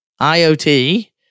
IoT